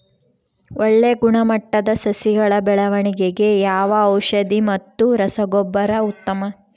ಒಳ್ಳೆ ಗುಣಮಟ್ಟದ ಸಸಿಗಳ ಬೆಳವಣೆಗೆಗೆ ಯಾವ ಔಷಧಿ ಮತ್ತು ರಸಗೊಬ್ಬರ ಉತ್ತಮ?